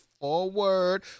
forward